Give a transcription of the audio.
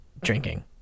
drinking